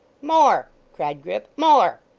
more! cried grip. more!